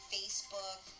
Facebook